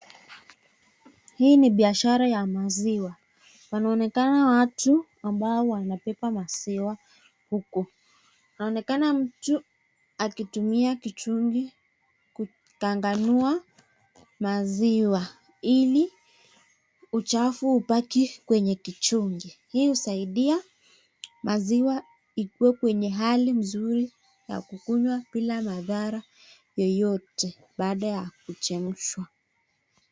Hii ni biashara ya maziwa, wanaonekana watu ambao wanabeba maziwa huku. Anaonekana mtu akitumia kichungi kupambanua maziwa ili uchafu ubaki kwenye kichungi. Hii husaidia maziwa ikue kwenye hali nzuri ya kukunywa bila madhara yoyote baada ya kuchemshwa.